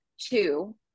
two